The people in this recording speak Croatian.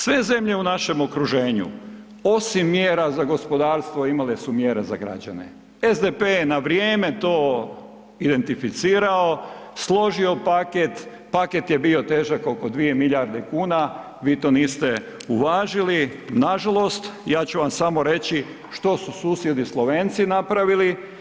Sve zemlje u našem okruženju, osim mjera za gospodarstvo, imale su mjere za građane, SDP je na vrijeme to identificirao, složio paket, paket je bio težak od 2 milijarde kuna, vi to niste uvažili, nažalost, ja ću vam samo reći što su susjedi Slovenci napravili.